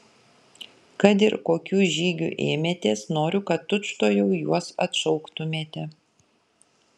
kad ir kokių žygių ėmėtės noriu kad tučtuojau juos atšauktumėte